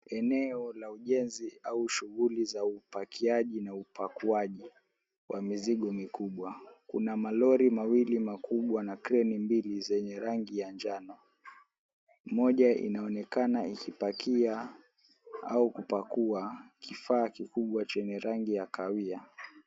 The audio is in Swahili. Eneo la ujenzi au shughuli za upakiaji na upakuaji wa mizigo mikubwa, kuna malori mawili makubwa na krenimbili zenye rangi ya njano moja ikionekana kupakia au kupakua kifaa mikubwa chenye rangi ya kahawia.